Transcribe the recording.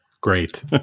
Great